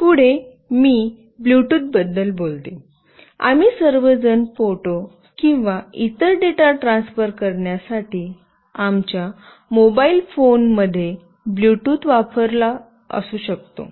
पुढे मी ब्लूटूथ बद्दल बोलू आम्ही सर्वजण फोटो किंवा इतर डेटा ट्रान्सफर करण्यासाठी आमच्या मोबाइल फोनमध्ये ब्लूटुथ वापरला असू शकतो